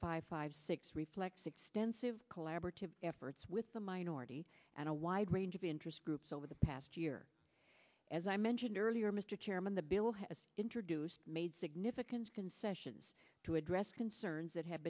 five five six reflects extensive collaborative efforts with the minority and a wide range of interest groups over the past year as i mentioned earlier mr chairman the bill has introduced made significant concessions to address concerns that ha